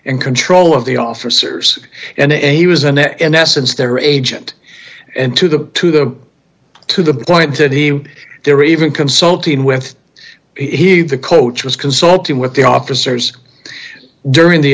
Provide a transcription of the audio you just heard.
and control of the officers and he was an essence their agent into the to the to the point and he they were even consulting with he the coach was consulting with the officers during the